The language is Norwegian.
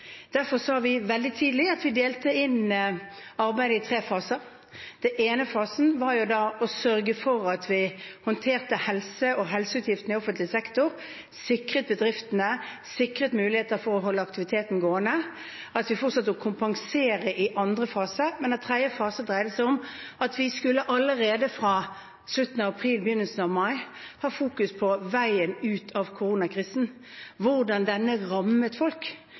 Derfor sa vi veldig tidlig at vi delte inn arbeidet i tre faser. Den ene fasen var å sørge for at vi håndterte helse og helseutgiftene i offentlig sektor, sikret bedriftene, sikret muligheter for å holde aktiviteten gående. Vi fortsatte å kompensere i andre fase, men i tredje fase dreide det seg om at vi allerede fra slutten av april / begynnelsen av mai skulle fokusere på veien ut av koronakrisen, hvordan denne rammet folk.